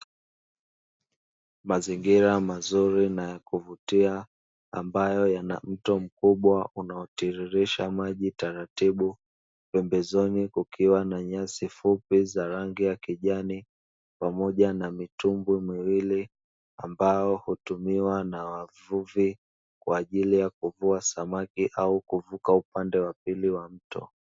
Mazingira mazuri na ya kuvutia ambayo yana mto mkubwa unaotiririsha maji taratibu, pembezoni kukiwa na nyasi fupi za rangi ya kijani, pamoja na mitumbwi miwili ambayo hutumiwa na wavuvi kwa ajili ya kuvua samaki au kuvuka upande wa pili wa mto.